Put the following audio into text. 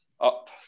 Up